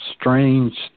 strange